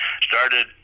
started